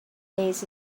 days